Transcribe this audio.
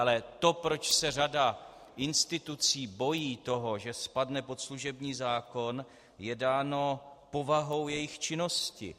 Ale to, proč se řada institucí bojí toho, že spadne pod služební zákon, je dáno povahou jejich činností.